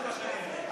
אנחנו לא מקבלים כרגע,